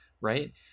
right